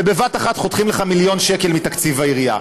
ובבת אחת חותכים לך מיליון שקל מתקציב העירייה.